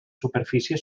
superfície